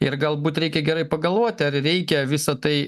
ir galbūt reikia gerai pagalvoti ar reikia visa tai na